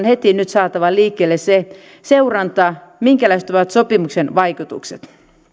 heti saatava liikkeelle se seuranta minkälaiset ovat sopimuksen vaikutukset